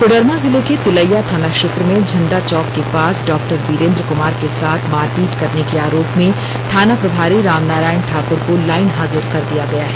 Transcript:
कोडरमा जिले के तिलैया थाना क्षेत्र में झंडा चौक के पास डॉक्टर बीरेंद्र कुमार के साथ मारपीट करने के आरोप में थाना प्रभारी रामनारायण ठाकुर को लाइन हाजिर कर दिया गया है